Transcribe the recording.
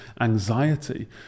anxiety